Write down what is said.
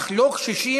אך לא קשישים,